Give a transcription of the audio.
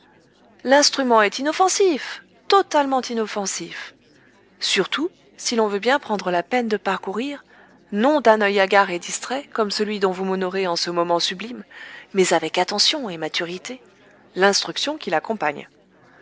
l'instrument est inoffensif totalement inoffensif surtout si l'on veut bien prendre la peine de parcourir non d'un œil hagard et distrait comme celui dont vous m'honorez en ce moment sublime mais avec attention et maturité l'instruction qui l'accompagne